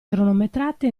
cronometrate